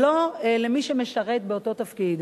ולא למי שמשרת באותו תפקיד.